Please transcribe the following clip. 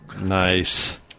Nice